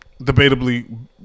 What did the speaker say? debatably